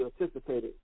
anticipated